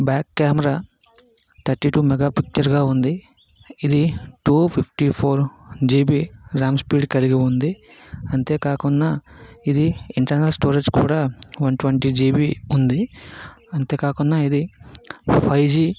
back camera thirty two mega pixel గా ఉంది ఇది two fifty four GB RAM speed కలిగి ఉంది అంతే కాకుండా ఇది ఇంటర్నల్ స్టోరేజ్ కూడా వన్ ట్వంటీ జిబి ఉంది అంతే కాకుండా ఇది ఫైవ్ జి